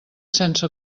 sense